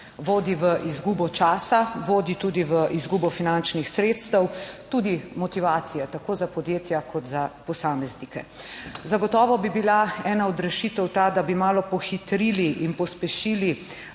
vodi v izgubo časa, vodi tudi v izgubo finančnih sredstev, tudi motivacija, tako za podjetja kot za posameznike. Zagotovo bi bila ena od rešitev ta, da bi malo pohitrili in pospešili